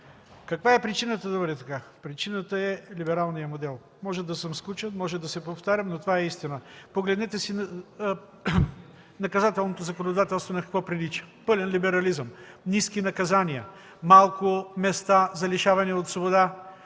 Каква е причината да бъде така? Причината е либералният модел. Може да съм скучен, може да се повтарям, но това е истината. Погледнете наказателното законодателство на какво прилича – пълен либерализъм: ниски наказания, малко места за лишаване от свобода,